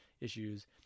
issues